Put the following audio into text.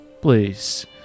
Please